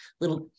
little